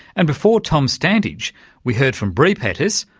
and before tom standage we heard from bre pettis,